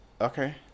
Okay